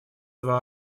два